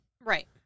Right